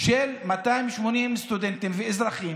של 280 סטודנטים ואזרחים,